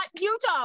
Utah